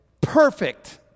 perfect